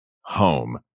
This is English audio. home